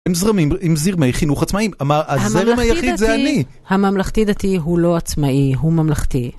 הם זרמים, הם זרמי חינוך עצמאים, אמר הזרם היחיד זה אני. הממלכתי דתי הוא לא עצמאי, הוא ממלכתי.